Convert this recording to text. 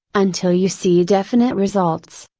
until you see definite results.